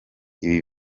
ibi